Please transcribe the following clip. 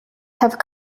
have